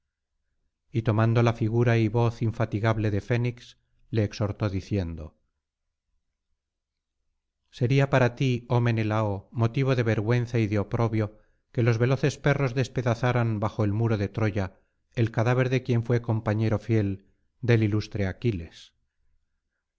y tomando la figura y voz infatigable de fénix le exhortó diciendo sería para ti oh menelao motivo de vergüenza y de oprobio que los veloces perros despedazaran bajo el muro de troya el cadáver de quien fué compañero fiel del ilustre aquiles